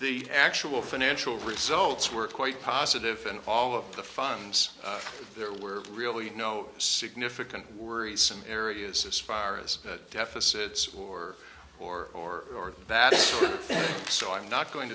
the actual financial results were quite positive and all of the funds there were really no significant worrisome areas as far as deficits or or or that so i'm not going